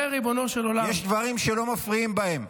יש דברים שלא מפריעים בהם.